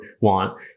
want